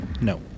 No